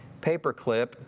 paperclip